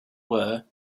were